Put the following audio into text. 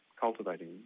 cultivating